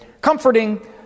comforting